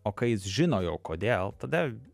o kai jis žino jau kodėl tada